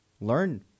learn